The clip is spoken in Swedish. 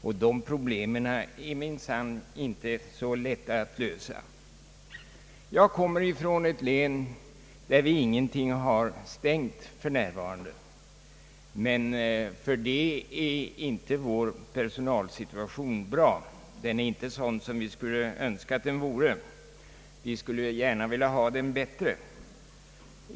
Och dessa problem är minsann inte så lätta att lösa. Jag kommer från ett län där vi för närvarande inte har några stängda avdelningar, men för den skull är inte vår personalsituation bra. Den är inte sådan som vi skulle önska att den vore. Vi skulle gärna vilja ha den bättre.